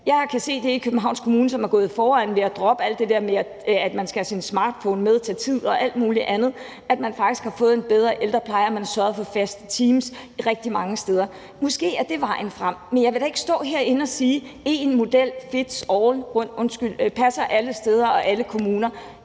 Jeg kan se, at i Københavns Kommune, som er gået foran ved at droppe alt det der med, at man skal have sin smartphone med, tage tid og alt muligt andet, har man faktisk fået en bedre ældrepleje, og man har sørget for faste teams rigtig mange steder. Måske er det vejen frem, men jeg vil da ikke stå herinde og sige, at én model passer alle steder og alle kommuner.